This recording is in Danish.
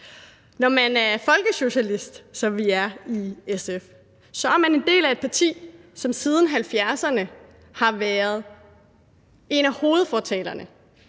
Når man er folkesocialist, som vi er i SF, så er man en del af et parti, som siden 1970'erne har været en af hovedfortalerne